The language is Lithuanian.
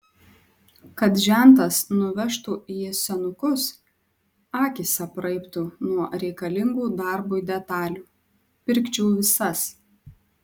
kad žentas nuvežtų į senukus akys apraibtų nuo reikalingų darbui detalių pirkčiau visas